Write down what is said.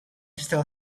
still